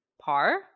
par